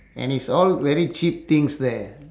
and it's all very cheap things there